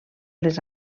les